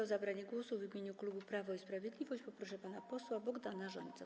O zabranie głosu w imieniu klubu Prawo i Sprawiedliwość poproszę pana posła Bogdana Rzońcę.